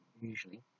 usually